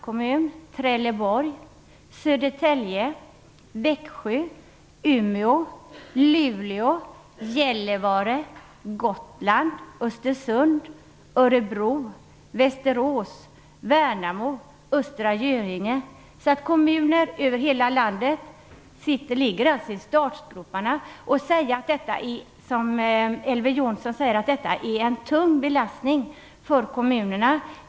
Kommunerna är bl.a. Västerås, Värnamo och Östra Göinge. Kommuner över hela landet ligger i startgroparna. Elver Jonsson säger att detta är en tung belastning för kommunerna.